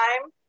time